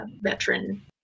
veteran